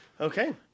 Okay